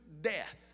death